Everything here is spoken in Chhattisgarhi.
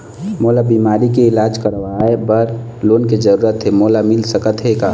मोला बीमारी के इलाज करवाए बर लोन के जरूरत हे मोला मिल सकत हे का?